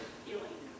feeling